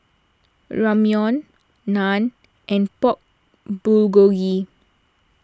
Ramyeon Naan and Pork Bulgogi